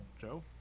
Joe